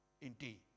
indeed